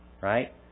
Right